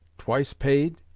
twice paid!